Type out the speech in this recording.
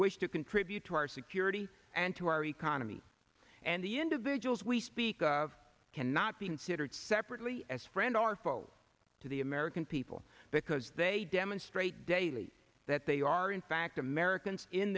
wish to contribute to our security and to our economy and the individuals we speak of cannot be considered separately as friend or foe to the american people because they demonstrate daily that they are in fact americans in